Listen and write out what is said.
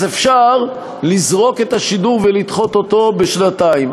אז אפשר לזרוק את השידור ולדחות אותו בשנתיים,